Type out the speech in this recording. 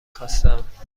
خواستم